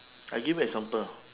I give you example